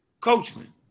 Coachman